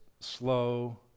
slow